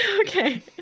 Okay